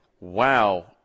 wow